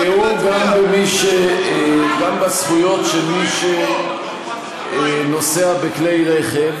תפגעו גם בזכויות של מי שנוסע בכלי רכב.